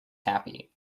happy